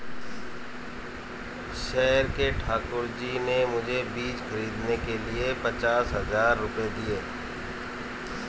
शहर के ठाकुर जी ने मुझे बीज खरीदने के लिए पचास हज़ार रूपये दिए